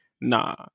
nah